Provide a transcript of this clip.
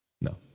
No